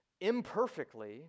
imperfectly